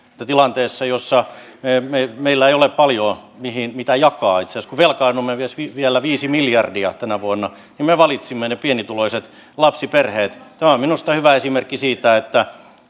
tilanteessa jossa meillä ei ole paljoa mitä jakaa kun itse asiassa velkaannumme vielä viisi miljardia tänä vuonna me valitsimme ne pienituloiset lapsiperheet tämä on minusta hyvä esimerkki siitä että